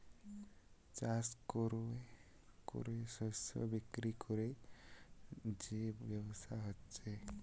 চাষ কোরে শস্য বিক্রি কোরে যে ব্যবসা হচ্ছে